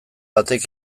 batek